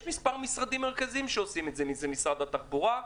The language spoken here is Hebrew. יש מספר משרדים מרכזיים שעושים את זה אם זה משרד התחבורה,